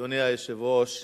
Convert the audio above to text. אדוני היושב-ראש,